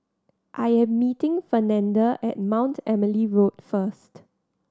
I am meeting Fernanda at Mount Emily Road first